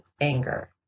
anger